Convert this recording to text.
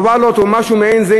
או משהו מעין זה,